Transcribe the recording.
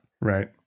Right